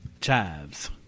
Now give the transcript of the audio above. Chives